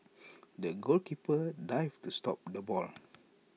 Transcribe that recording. the goalkeeper dived to stop the ball